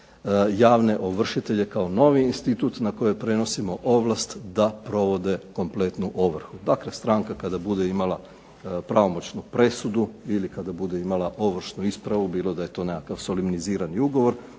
javne ovršitelje kao novi institut na koje prenosimo ovlast da provode kompletnu ovrhu. Dakle stranka kada bude imala pravomoćnu presudu ili kada bude imala ovršnu ispravu, bilo da je to nekakav soliminizirani ugovor,